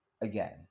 Again